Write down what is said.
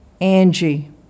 Angie